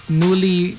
newly